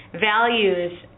Values